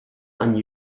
and